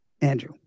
Andrew